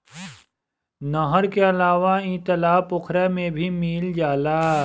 नहर के अलावा इ तालाब पोखरा में भी मिल जाला